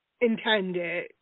intended